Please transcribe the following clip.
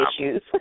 issues